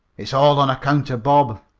it's all on account of bob.